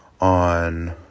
on